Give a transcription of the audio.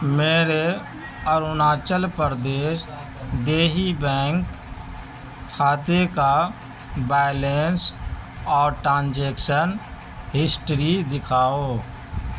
میرے اروناچل پردیش دیہی بینک کھاتے کا بیلنس اور ٹرانجیکشن ہسٹری دکھاؤ